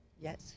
Yes